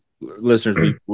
listeners